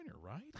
right